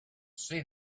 see